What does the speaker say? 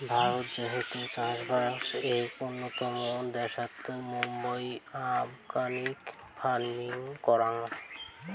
ভারত যেহেতু চাষবাস এক উন্নতম দ্যাশোত, মুইরা অর্গানিক ফার্মিং করাং